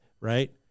right